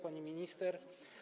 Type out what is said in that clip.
Pani Minister!